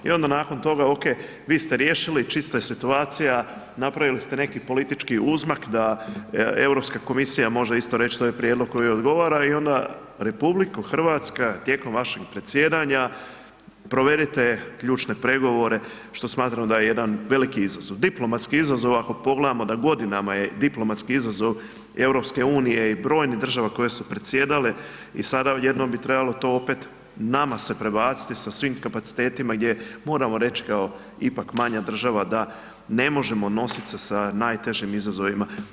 I onda nakon toga, OK, vi ste riješili, čista je situacija, napravili ste neki politički uzmak da Europska komisija može isto reći to je prijedlog koji odgovara i ona RH tijekom vašeg predsjedanja, provedite ključne pregovore, što smatram da je jedan veliki izazov, diplomatski izazov ako pogledamo da godinama je diplomatski izazov EU i brojnih država koje su predsjedale i sada jednom bi trebalo to opet nama se prebaciti sa svim kapacitetima gdje moramo reći kao ipak manja država da ne možemo nositi se sa najtežim izazovima.